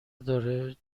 داره